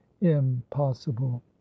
impossible